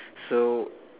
so